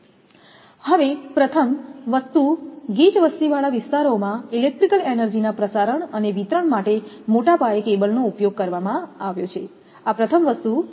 તેથી પ્રથમ વસ્તુ ગીચ વસ્તીવાળા વિસ્તારોમાં ઇલેક્ટ્રિકલ એનર્જીના પ્રસારણ અને વિતરણ માટે મોટા પાયે કેબલનો ઉપયોગ કરવામાં આવ્યો છે આ પ્રથમ વસ્તુ છે